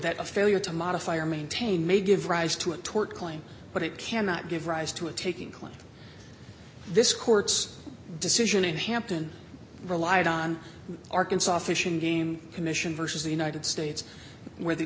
that a failure to modify or maintain may give rise to a tort claim but it can not give rise to a taking clinton this court's decision in hampton relied on arkansas fish and game commission vs the united states where the